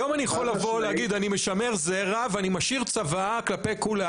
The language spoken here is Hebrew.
היום אני יכול לבוא להגיד אני משמר זרע ואני משאיר צוואה כלפי כולי